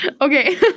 Okay